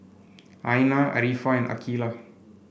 Aina Arifa and Aqeelah